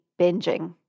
binging